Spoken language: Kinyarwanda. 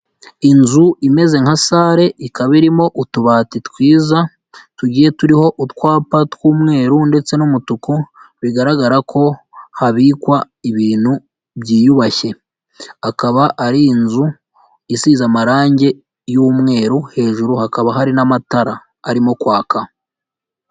Inzu imeze nka sare ikaba irimo utubati twiza tugiye turiho utwapa tw'umweru ndetse n'umutuku, bigaragara ko habikwa ibintu byiyubashye, akaba ari inzu isize amarangi y'umweru hejuru hakaba hari n'amatara arimo kwaka.